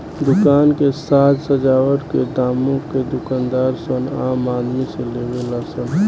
दुकान के साज सजावट के दामो के दूकानदार सन आम आदमी से लेवे ला सन